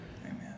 Amen